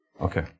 Okay